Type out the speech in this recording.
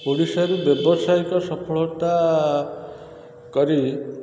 ଓଡ଼ିଶାରୁ ବ୍ୟାବସାୟିକ ସଫଳତା କରି